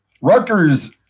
Rutgers